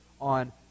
on